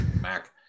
Mac